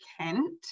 Kent